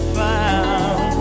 found